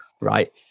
right